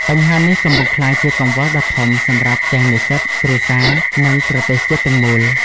បញ្ហានេះកំពុងក្លាយជាកង្វល់ដ៏ធំសម្រាប់ទាំងនិស្សិត គ្រួសារ និងប្រទេសជាតិទាំងមូល។